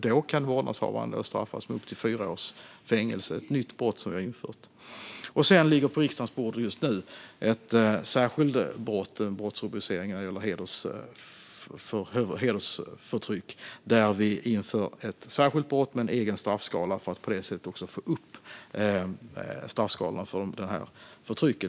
Då kan vårdnadshavaren straffas med upp till fyra års fängelse. Det är ett nytt brott som har införts. Just nu ligger ett förslag till en brottsrubricering när det gäller hedersförtryck på riksdagens bord. Förslaget innebär att ett särskilt brott införs med en egen straffskala för att vi på det sättet ska få upp straffskalan för detta förtryck.